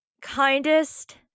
kindest